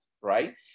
right